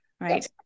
right